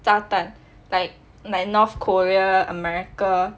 炸弹 like like north korea america